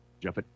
Jeff